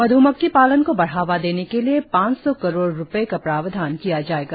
मध्मक्खी पालन को बढावा देने के लिए पांच सौ करोड रूपये का प्रावधान किया जाएगा